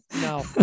No